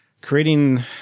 Creating